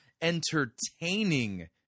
entertaining